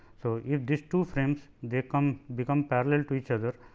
so, if this two frames, they come become parallel to each other.